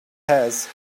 has